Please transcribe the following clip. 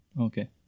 Okay